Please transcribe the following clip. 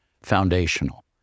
foundational